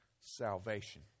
salvation